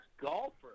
golfer